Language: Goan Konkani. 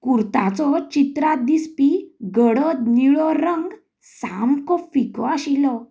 कुर्ताचो चित्रांत दिसपा गडद निळो रंग सामको फिको आशिल्लो